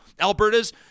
Alberta's